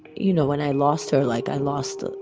you know, when i lost her, like i lost